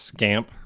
Scamp